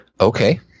Okay